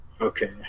Okay